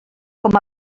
com